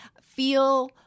feel